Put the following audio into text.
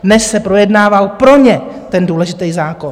Dnes se projednával pro ně ten důležitý zákon.